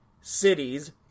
cities